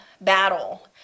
battle